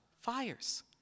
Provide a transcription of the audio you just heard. fires